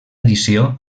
edició